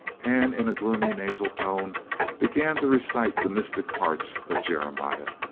and in a gloomy nasal tone began to recite the mystic parts of jeremiah.